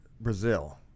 Brazil